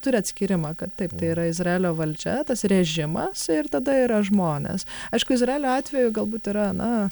turi atskyrimą kad taip tai yra izraelio valdžia tas režimas ir tada yra žmonės aišku izraelio atveju galbūt yra na